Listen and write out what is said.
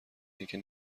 اینکه